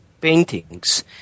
paintings